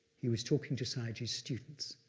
he was talking to sayagyi's students.